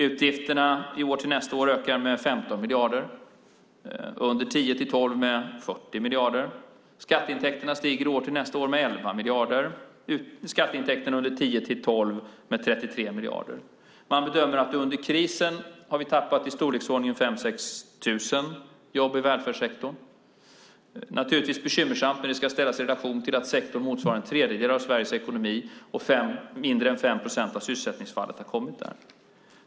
Utgifterna ökar från i år till nästa år med 15 miljarder, under 2010-2012 med 40 miljarder. Skatteintäkterna stiger från i år till nästa år med 11 miljarder, under 2010-2012 med 33 miljarder. Man bedömer att vi under krisen har tappat i storleksordningen 5 000-6 000 jobb i välfärdssektorn. Det är naturligtvis bekymmersamt, men det ska ställas i relation till att sektorn motsvarar en tredjedel av Sveriges ekonomi och att mindre än 5 procent av sysselsättningsfallet har kommit där.